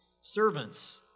Servants